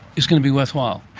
is going to be worthwhile.